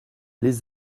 les